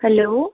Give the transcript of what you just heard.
hello